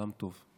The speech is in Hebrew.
גם טוב.